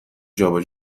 جابه